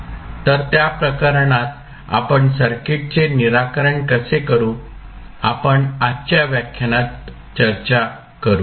तर त्या प्रकरणात आपण सर्किटचे निराकरण कसे करू आपण आजच्या व्याख्यानात चर्चा करू